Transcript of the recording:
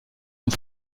und